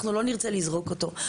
אנחנו לא נרצה לזרוק אותו,